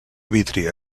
vítria